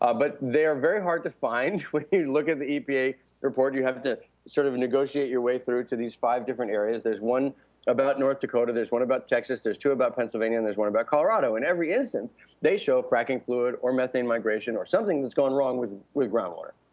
ah but they are very hard to find when you look at the epa report. you have to sort of negotiate your way through to these five different areas. there's one about north dakota, there's one about texas there's two about pennsylvania and there's one about colorado. in every instance they show fracking fluid or methane migration or something that's gone wrong with with groundwater.